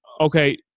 okay